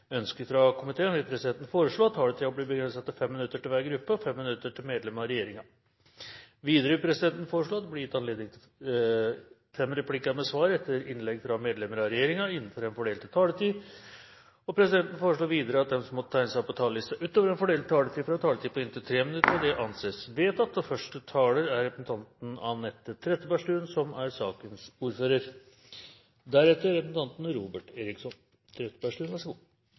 ønske fra arbeids- og sosialkomiteen vil presidenten foreslå at taletiden blir begrenset til 5 minutter til hver gruppe og 5 minutter til medlem av regjeringen. Videre vil presidenten foreslå at det blir gitt anledning til fem replikker med svar etter innlegg fra medlemmer av regjeringen innenfor den fordelte taletid. Videre vil presidenten foreslå at de som måtte tegne seg på talerlisten utover den fordelte taletid, får en taletid på inntil 3 minutter. – Det anses vedtatt. Lediggang er roten til alt ondt, sier et godt ordtak, og som med ordtak flest, er det noe i det. Jeg vil si det er